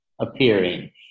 appearing